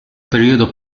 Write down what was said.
periodo